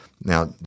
Now